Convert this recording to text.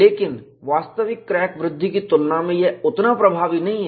लेकिन वास्तविक क्रैक वृद्धि की तुलना में यह उतना प्रभावी नहीं है